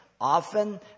Often